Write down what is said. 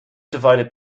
divided